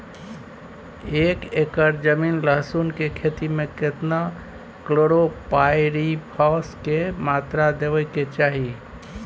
एक एकर जमीन लहसुन के खेती मे केतना कलोरोपाईरिफास के मात्रा देबै के चाही?